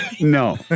No